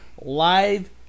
live